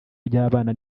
ry’abana